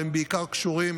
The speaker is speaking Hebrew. והם קשורים